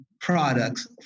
products